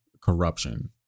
corruption